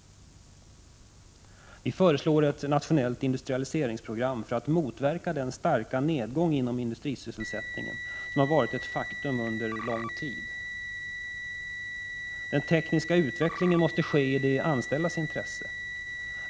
Vi föreslår ett nationellt industrialiseringsprogram för att motverka den starka nedgång inom industrisysselsättningen som varit ett faktum under lång tid. Den tekniska utvecklingen måste ske i de anställdas intresse.